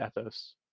ethos